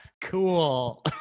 cool